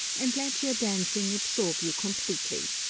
and let your dancing absorb you completely.